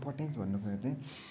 importance भन्ने कुरा चाहिँ